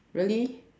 really